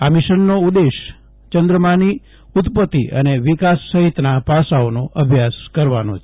આ મિશનનો ઉદેશ ચંદ્રમાંની ઉત્પતિ અને વિકાસ સહિતના પાસાઓનો અભ્યાસ કરવાનો છે